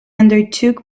undertook